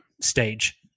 stage